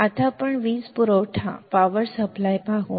आता आपण वीज पुरवठा पाहू